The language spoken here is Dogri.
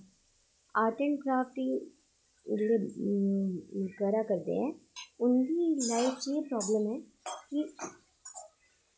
आर्ट एंड क्राफ्ट जेह्ड़े करा करदे ऐ उं'दी लाइफ च एह् प्रॉब्लम ऐ कि